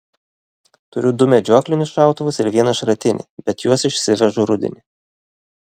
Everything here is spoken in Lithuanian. turiu du medžioklinius šautuvus ir vieną šratinį bet juos išsivežu rudenį